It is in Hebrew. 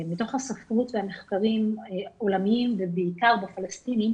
מתוך הספרות ומחקרים עולמיים ובעיקר בפלסטינים,